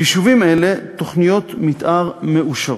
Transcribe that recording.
ליישובים אלו תוכניות מתאר מאושרות,